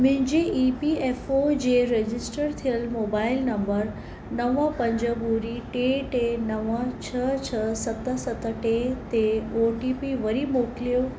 मुंहिंजी E P F O register थियलु mobile number नव पंज ॿुड़ी टे टे नव छ्ह छ्ह सत सत टे ते ओ टी पी वरी मोकिलियो